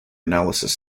analysis